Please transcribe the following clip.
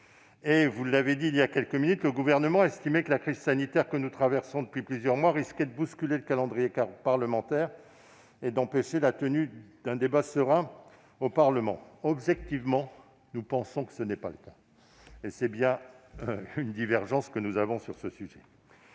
Vous l'avez indiqué il y a quelques minutes, le Gouvernement a estimé que la crise sanitaire que nous traversons depuis plusieurs mois risquait de bousculer le calendrier parlementaire et d'empêcher la tenue d'un débat serein au Parlement. Objectivement, nous pensons que ce n'est pas le cas, et c'est là une divergence que nous avons avec vous.